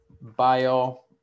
bio